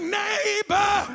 neighbor